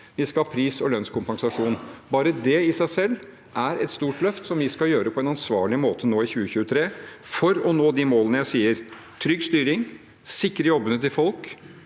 Vi skal ha pris- og lønnskompensasjon. Bare det i seg selv er et stort løft som vi skal gjøre på en ansvarlig måte nå i 2023 for å nå de målene jeg sier: trygg styring, å sikre jobbene til folk